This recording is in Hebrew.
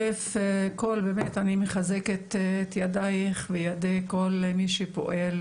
אני מחזקת את ידייך וידי כל מי שפועל